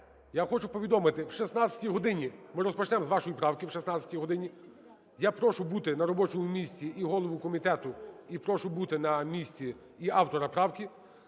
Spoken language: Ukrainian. я хочу повідомити, о 16 годині, ми розпочнемо з вашої правки, о 16 годині. Я прошу бути на робочому місці і голову комітету, і прошу бути на місці і автора правки.